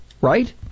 right